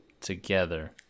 together